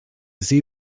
see